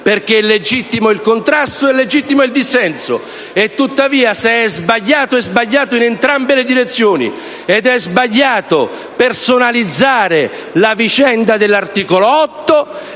perché è legittimo il contrasto ed è legittimo il dissenso. Tuttavia, se ciò è sbagliato, lo è in entrambe le direzioni. È altresì sbagliato personalizzare la vicenda dell'articolo 8